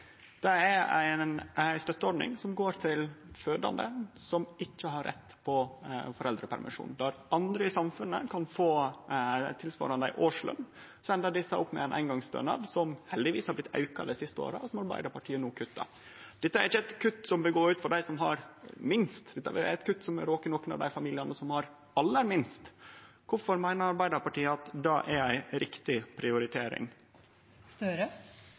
opp med ein eingongsstønad, som heldigvis har blitt auka dei siste åra, og som Arbeidarpartiet no kuttar i. Dette er ikkje berre eit kutt som vil gå ut over dei som har minst, dette er eit kutt vil råke nokre av dei familiane som har aller minst. Kvifor meiner Arbeidarpartiet at det er ei riktig